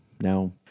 Now